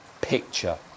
picture